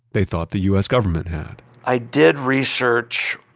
they thought the u s. government had i did research